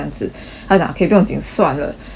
他讲 okay 不用紧算了这样子